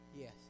Yes